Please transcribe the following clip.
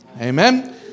amen